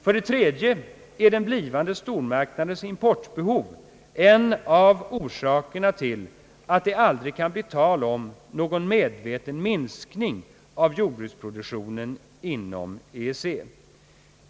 För det tredje är den blivande stormarknadens importbehov en av orsakerna till att det aldrig kan bli tal om någon medveten minskning av jordbruksproduktionen inom EEC.